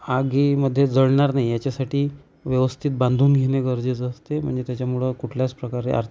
आगीमध्ये जळणार नाही याच्यासाठी व्यवस्थित बांधून घेणे गरजेचं असते म्हणजे त्याच्यामुळं कुठल्याच प्रकारे आर्थिक